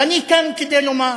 ואני כאן כדי לומר: